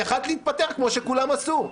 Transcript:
כי יכולת להתפטר כמו שכולם עשו.